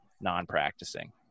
non-practicing